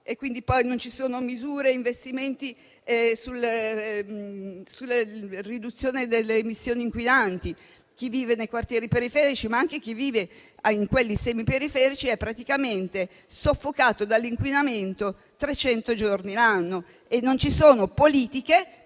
grave. Non ci sono misure e investimenti sulla riduzione delle emissioni inquinanti. Chi vive nei quartieri periferici e semiperiferici è praticamente soffocato dall'inquinamento trecento giorni l'anno, e non ci sono politiche